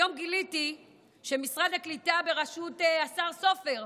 היום גיליתי שמשרד הקליטה בראשות השר סופר,